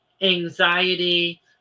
anxiety